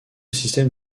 système